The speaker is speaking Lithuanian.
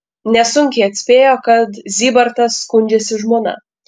nesunkiai atspėjo kad zybartas skundžiasi žmona